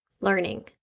learning